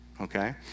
okay